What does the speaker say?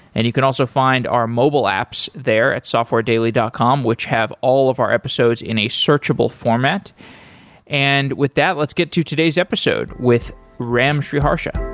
and you can also find our mobile apps there at softwaredaily dot com which have all of our episodes in a searchable format and with that, let's get to today's episode with ram sriharsha